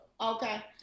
okay